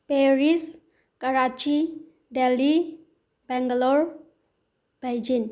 Paris Karachi Delhi Bangalore Beijing